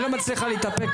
היא לא מצליחה להתאפק,